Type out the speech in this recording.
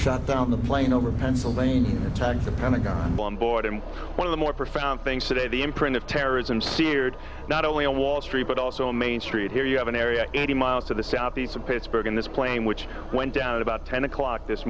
shut down the plane over pennsylvania and attacked the pentagon on board and one of the more profound things today the imprint of terrorism seared not only on wall street but also main street here you have an area eighty miles to the southeast of pittsburgh and this plane which went down about ten o'clock this